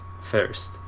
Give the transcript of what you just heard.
first